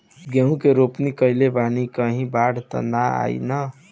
गेहूं के रोपनी कईले बानी कहीं बाढ़ त ना आई ना?